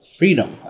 freedom